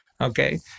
Okay